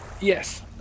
Yes